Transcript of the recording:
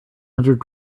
hundred